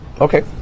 Okay